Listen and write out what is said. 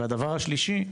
דבר שלישי,